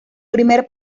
primer